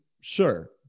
Sure